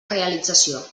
realització